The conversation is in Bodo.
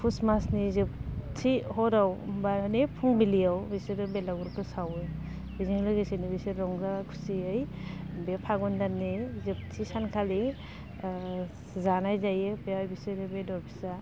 फुस मासनि जोबथि हराव मानि फुंबिलियाव बिसोरो बेलागुरखौ सावो बेजों लोगोसेनो रंजा खुसियै बे फागुन दाननि जोबथि सानखालि जानाय जायो बेहाय बिसोरो बेदर फिसा